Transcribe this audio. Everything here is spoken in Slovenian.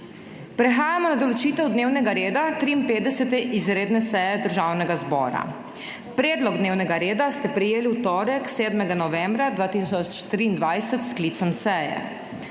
Prehajamo na določitev dnevnega reda 53. izredne seje Državnega zbora. Predlog dnevnega reda ste prejeli v torek, 7. novembra 2023 s sklicem seje.